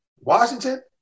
Washington